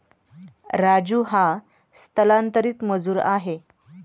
राजू हा स्थलांतरित मजूर आहे